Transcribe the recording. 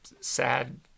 sad